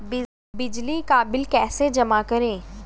बिजली का बिल कैसे जमा करें?